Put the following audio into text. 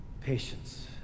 patience